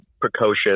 precocious